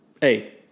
hey